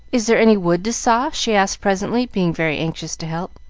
is there any wood to saw? she asked presently, being very anxious to help.